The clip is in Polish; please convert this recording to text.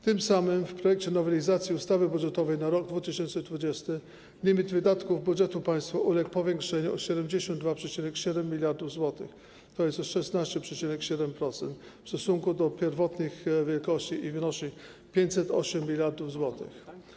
Tym samym w projekcie nowelizacji ustawy budżetowej na rok 2020 limit wydatków budżetu państwa uległ powiększeniu o 72,7 mld zł, tj. o 16,7% w stosunku do pierwotnych wielkości, i wynosi 508 mld zł.